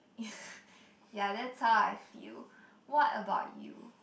ya that's how I feel what about you